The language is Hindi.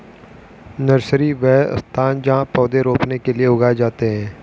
नर्सरी, वह स्थान जहाँ पौधे रोपने के लिए उगाए जाते हैं